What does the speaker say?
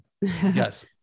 Yes